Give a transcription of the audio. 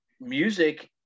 Music